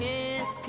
Kiss